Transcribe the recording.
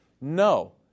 no